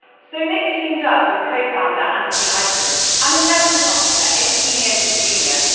so nick teamed up with co-founder anthony eisen, an investment officer, eighteen years his senior,